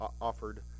offered